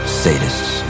sadists